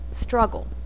struggle